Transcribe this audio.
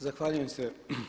Zahvaljujem se.